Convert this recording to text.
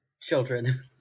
children